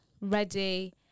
Ready